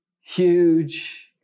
huge